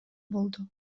болду